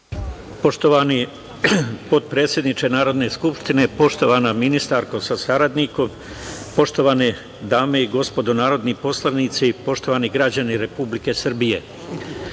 Poštovani potpredsedniče Narodne skupštine, poštovana ministarko sa saradnikom, poštovane dame i gospodo narodni poslanici, poštovani građani Republike Srbije,